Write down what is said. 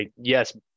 Yes